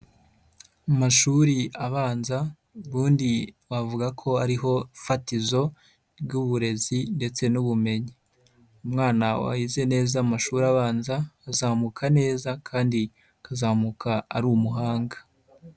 Amashuri abanza ubundi wavuga ko ari ho fatizo ry'uburezi ndetse n'ubumenyi, umwana wize neza amashuri abanza azamuka neza kandi akazamuka ari umuhanga.